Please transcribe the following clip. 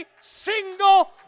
single